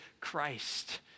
Christ